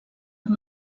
amb